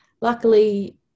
Luckily